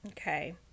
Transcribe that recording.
Okay